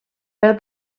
pel